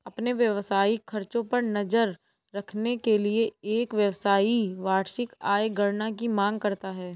अपने व्यावसायिक खर्चों पर नज़र रखने के लिए, एक व्यवसायी वार्षिक आय गणना की मांग करता है